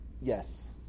Yes